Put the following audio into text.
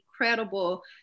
incredible